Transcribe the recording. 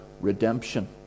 redemption